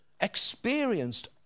experienced